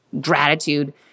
gratitude